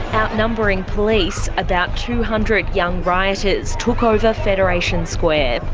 outnumbering police, about two hundred young rioters took over federation square.